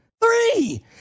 Three